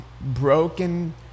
broken